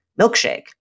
milkshake